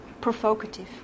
provocative